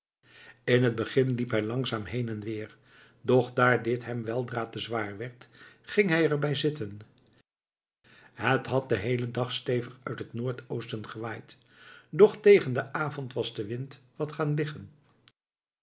in het begin liep hij langzaam heen en weer doch daar dit hem weldra te zwaar werd ging hij er bij zitten het had den heelen dag stevig uit het noord-oosten gewaaid doch tegen den avond was de wind wat gaan liggen